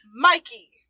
Mikey